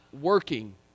working